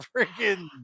freaking